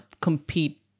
compete